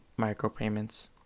micropayments